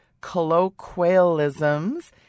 Colloquialisms